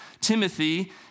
Timothy